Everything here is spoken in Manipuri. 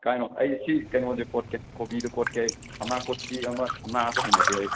ꯀꯥꯏꯅꯣ ꯑꯩ ꯁꯤ ꯀꯩꯅꯣꯁꯦ ꯀꯣꯠꯀꯦ ꯀꯣꯕꯤꯗꯣ ꯀꯣꯠꯀꯦ ꯑꯩ ꯊꯝꯅꯥ ꯀꯣꯠꯄꯗꯤ ꯑꯃ ꯊꯝꯅꯥꯗꯣ ꯍꯩꯅꯗꯦ ꯑꯩ